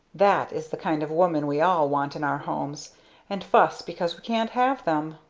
that is the kind of woman we all want in our homes and fuss because we can't have them.